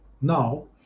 now